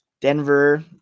Denver